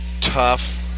tough